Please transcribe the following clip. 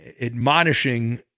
admonishing